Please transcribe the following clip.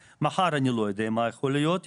מחר אני לא יודע מה יכול להיות,